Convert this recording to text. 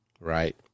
right